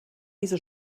diese